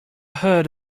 heard